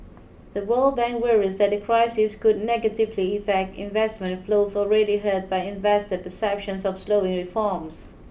the World Bank worries that the crisis could negatively affect investment flows already hurt by investor perceptions of slowing reforms